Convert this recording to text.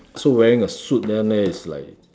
so wearing a suit down there it's like